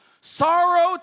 sorrow